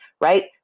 right